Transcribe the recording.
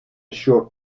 short